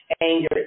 anger